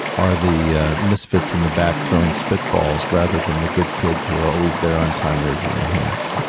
are the misfits in the back throwing spitballs rather than the good kids who are always there on time raising their hands.